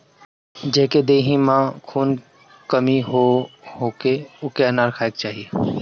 जेकरी देहि में खून के कमी होखे ओके अनार खाए के चाही